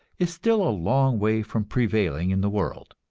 is still a long way from prevailing in the world.